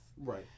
Right